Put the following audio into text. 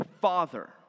father